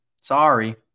Sorry